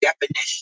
definition